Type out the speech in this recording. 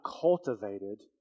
cultivated